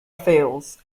fails